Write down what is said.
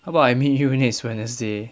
how about I meet you next wednesday